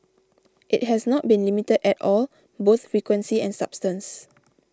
it has not been limited at all both frequency and substance